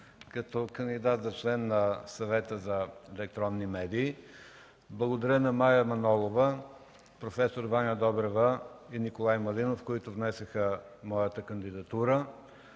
като кандидат за член на Съвета за електронни медии. Благодаря на Мая Манолова, проф. Ваня Добрева и Николай Малинов, които внесоха моята кандидатура.